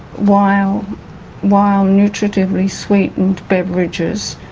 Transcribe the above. while while nutritively sweetened beverages,